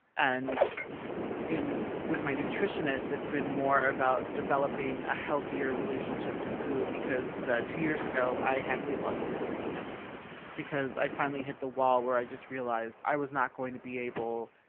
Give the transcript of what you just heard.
and in, with my nutritionist, it's been more about developing a healthier relationship to food, because two years ago i had weight loss surgery because i finally hit the wall where i just realized i was not going to be able